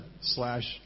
slash